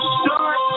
start